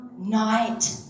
night